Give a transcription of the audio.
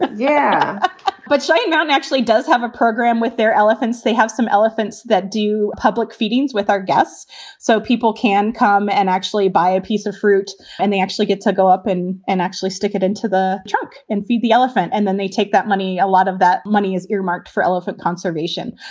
but yeah but so you know it actually does have a program with their elephants. they have some elephants that do public feedings with our guests so people can come and actually buy a piece of fruit and they actually get to go up and and actually stick it into the trunk and feed the elephant. and then they take that money. a lot of that money is earmarked for elephant conservation.